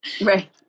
Right